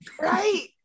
Right